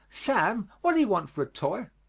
sam, what do you want for a toy?